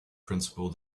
principle